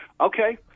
okay